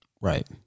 Right